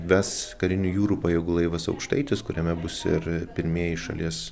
ves karinių jūrų pajėgų laivas aukštaitis kuriame bus ir pirmieji šalies